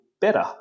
better